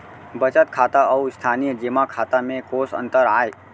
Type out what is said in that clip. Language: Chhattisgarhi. बचत खाता अऊ स्थानीय जेमा खाता में कोस अंतर आय?